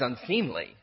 unseemly